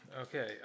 Okay